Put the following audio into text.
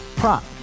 prop